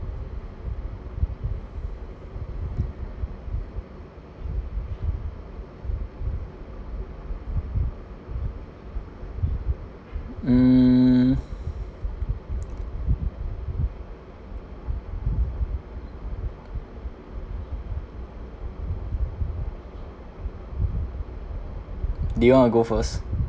mm do you want to go first